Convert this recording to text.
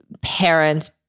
parents